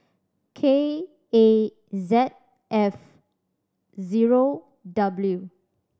K A Z F zero W